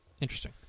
Interesting